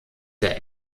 der